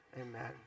amen